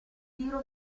tiro